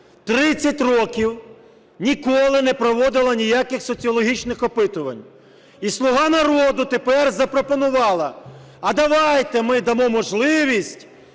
30 років ніколи не проводила ніяких соціологічних опитувань. І "Слуга народу" тепер запропонувала: а давайте ми дамо можливість